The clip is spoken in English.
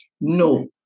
no